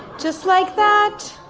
just like that